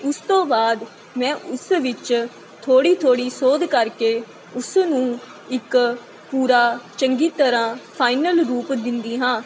ਉਸ ਤੋਂ ਬਾਅਦ ਮੈਂ ਉਸ ਵਿੱਚ ਥੋੜ੍ਹੀ ਥੋੜ੍ਹੀ ਸੋਧ ਕਰਕੇ ਉਸ ਨੂੰ ਇੱਕ ਪੂਰਾ ਚੰਗੀ ਤਰ੍ਹਾਂ ਫਾਈਨਲ ਰੂਪ ਦਿੰਦੀ ਹਾਂ